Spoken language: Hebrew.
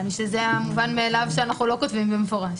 נראה לי שזה המובן מאליו שאנחנו לא כותבים במפורש.